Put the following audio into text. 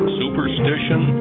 superstition